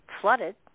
flooded